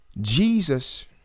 Jesus